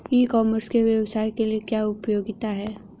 ई commerce के व्यवसाय के लिए क्या उपयोगिता है?